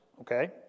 Okay